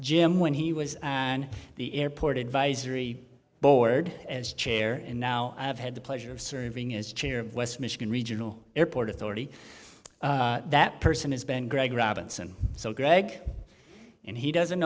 im when he was on the airport advisory board as chair and now i've had the pleasure of serving as chair of west michigan regional airport authority that person has been greg robinson so greg and he doesn't